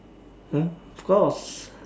hmm of course